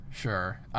Sure